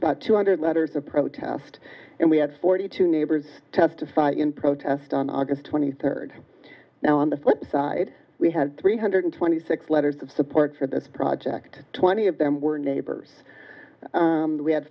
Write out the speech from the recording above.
two hundred letters of protest and we had forty two neighbors testify in protest on august twenty third now on the flip side we had three hundred twenty six letters of support for this project twenty of them were neighbors we had